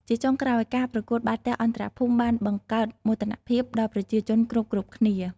ជាចុងក្រោយ ការប្រកួតបាល់ទះអន្តរភូមិបាន បង្កើតមោទនភាព ដល់ប្រជាជនគ្រប់ៗគ្នា។